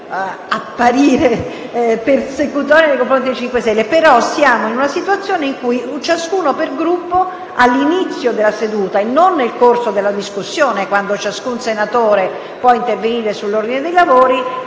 Non voglio apparire persecutoria nei confronti del Gruppo Movimento 5 Stelle però, siamo in una situazione in cui un senatore per Gruppo, ad inizio di seduta e non nel corso della discussione, quando ciascun senatore può intervenire sull'ordine dei lavori,